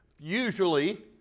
Usually